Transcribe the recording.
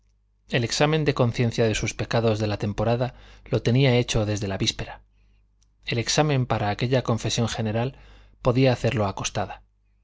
el examen de conciencia de sus pecados de la temporada lo tenía hecho desde la víspera el examen para aquella confesión general podía hacerlo acostada